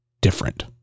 different